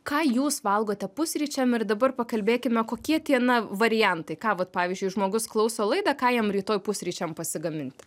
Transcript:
ką jūs valgote pusryčiam ir dabar pakalbėkime kokie tie na variantai ką vat pavyzdžiui žmogus klauso laidą ką jam rytoj pusryčiam pasigaminti